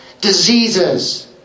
diseases